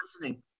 listening